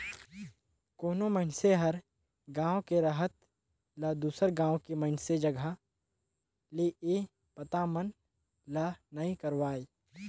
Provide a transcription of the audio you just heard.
कोनो मइनसे हर गांव के रहत ल दुसर गांव के मइनसे जघा ले ये बता मन ला नइ करवाय